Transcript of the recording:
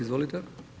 Izvolite.